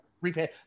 repay